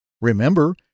Remember